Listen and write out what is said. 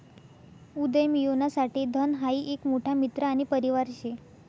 उदयमियोना साठे धन हाई एक मोठा मित्र आणि परिवार शे